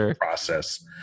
process